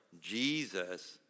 Jesus